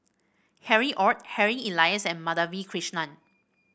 Harry Ord Harry Elias and Madhavi Krishnan